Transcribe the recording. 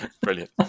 Brilliant